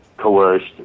coerced